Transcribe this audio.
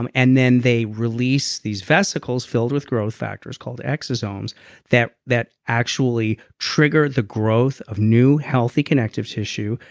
um and then they release these vesicles filled with growth factors called the exosomes that that actually trigger the growth of new, healthy connective tissue.